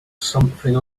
something